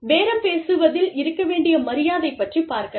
பேரம் பேசுவதில் இருக்க வேண்டிய மரியாதை பற்றிப் பார்க்கலாம்